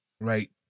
Right